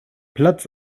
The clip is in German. platz